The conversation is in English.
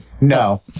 no